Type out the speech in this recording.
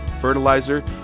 fertilizer